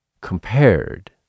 compared